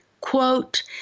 quote